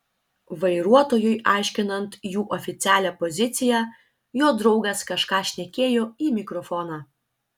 vairuotojui aiškinant jų oficialią poziciją jo draugas kažką šnekėjo į mikrofoną